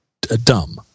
dumb